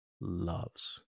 loves